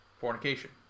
fornication